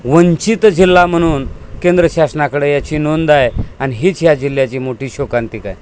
वंचित जिल्हा म्हणून केंद्र शासनाकडे याची नोंद आहे आणि हीच ह्या जिल्ह्याची मोठी शोकांतिका आहे